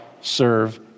serve